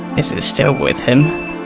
is it still with him?